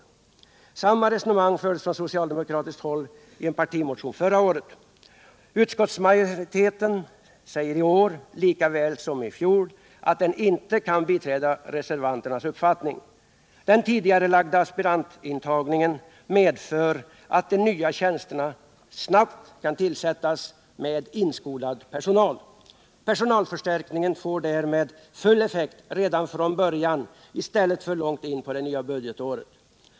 Samma resonemang fördes från socialdemokratiskt håll i en partimotion förra året. Utskottsmajoriteten säger i år lika väl som i fjol att den inte kan biträda reservanternas uppfattning. Den tidigarelagda aspirantintagningen medför att de nya tjänsterna snabbt kan tillsättas med inskolad personal. Personalförstärkningen får därmed full effekt redan från början i stället för långt in på det nya budgetåret.